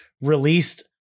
released